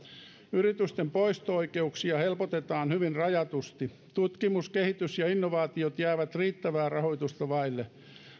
yritysten poisto oikeuksia helpotetaan hyvin rajatusti tutkimus kehitys ja innovaatiot jäävät riittävää rahoitusta vaille